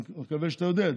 אני מקווה שאתה יודע.